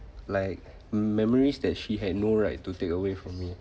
like memories that she had no right to take away from me